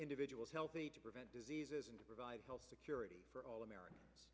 individuals healthy to prevent diseases and to provide health security for all americans